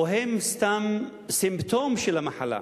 או שהם סתם סימפטום של המחלה?